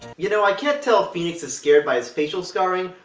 you know, i can't tell if phoenix is scared by his facial scarring,